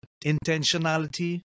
intentionality